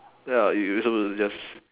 ya you you supposed to just